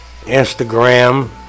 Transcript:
Instagram